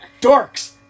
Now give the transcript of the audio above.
dorks